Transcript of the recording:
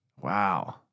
Wow